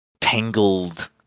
tangled